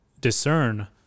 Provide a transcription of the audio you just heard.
discern